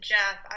Jeff